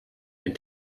and